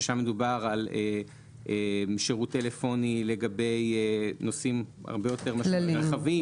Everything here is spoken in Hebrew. ששם מדובר על שירות טלפוני לגבי נושאים הרבה יותר רחבים,